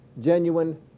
genuine